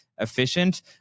efficient